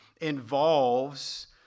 involves